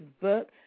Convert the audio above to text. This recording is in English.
book